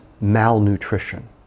malnutrition